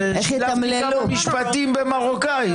אז שילבתי כמה משפטים במרוקאית,